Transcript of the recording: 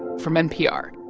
from npr